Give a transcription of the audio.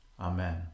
Amen